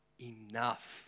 enough